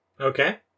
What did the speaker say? Okay